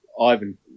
Ivan